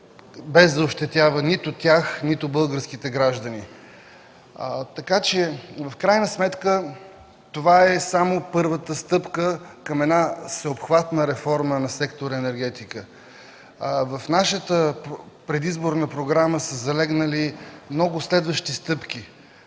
без да ощетява нито тях, нито българските граждани. В крайна сметка това е само първата стъпка към една всеобхватна реформа на сектор „Енергетика“. В нашата предизборна програма са залегнали много следващите стъпки.